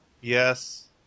Yes